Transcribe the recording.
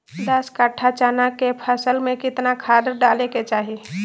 दस कट्ठा चना के फसल में कितना खाद डालें के चाहि?